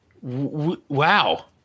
Wow